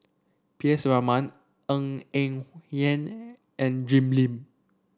P S Raman Ng Eng Hen and Jim Lim